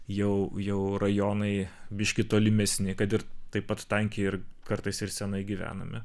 jau jau rajonai biškį tolimesni kad ir taip pat tankiai ir kartais ir seniai gyvenami